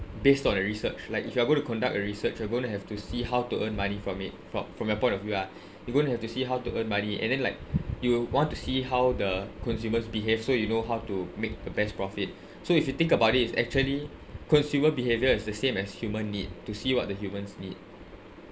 based on the research like if you are going to conduct a research you're going to have to see how to earn money from it from from my point of view ah you going to have to see how to earn money and then like you want to see how the consumers behave so you know how to make the best profit so if you think about it it's actually consumer behaviour is the same as human need to see what the humans need